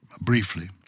Briefly